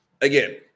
Again